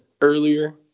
earlier